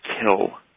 kill